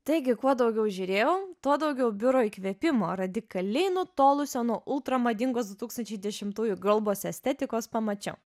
taigi kuo daugiau žiūrėjau tuo daugiau biuro įkvėpimo radikaliai nutolusio nuo ultra madingos tūkstančiai dešimtųjų girlbos estetikos pamačiau